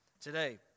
today